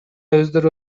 өздөрү